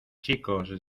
chicos